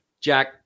Jack